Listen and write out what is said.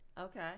Okay